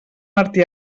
martí